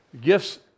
gifts